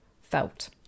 felt